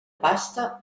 pasta